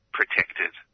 protected